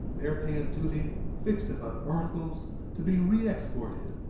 there pay a duty fixed upon articles to be reexported,